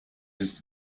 ist